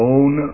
Own